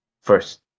first